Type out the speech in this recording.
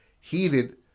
heated